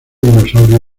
dinosaurio